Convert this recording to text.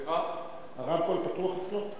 אני לא זוכר שנשמעו רק תשואות חן-חן.